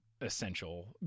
essential